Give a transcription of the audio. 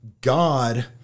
God